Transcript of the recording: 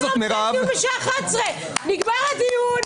--- הדיון בשעה 11:00. נגמר הדיון.